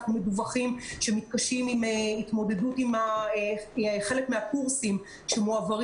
אנחנו מדווחים שהם מתקשים עם התמודדות עם חלק מהקורסים שמועברים